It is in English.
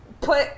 put